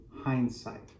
hindsight